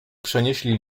przenieśli